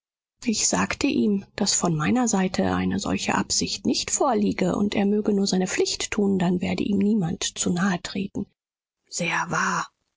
ich sagte ihm daß von meiner seite eine solche absicht nicht vorliege und er möge nur seine pflicht tun dann werde ihm niemand zu nahe treten sehr wahr